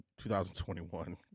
2021